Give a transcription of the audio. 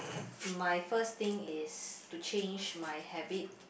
my first thing is to change my habit